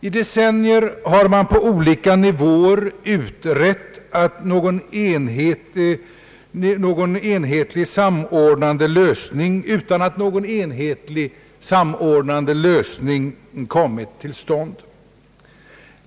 I decennier har man på olika nivåer utrett problemen, utan att någon enhetlig samordnande lösning kommit till stånd.